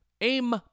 Aim